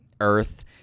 Earth